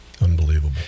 Unbelievable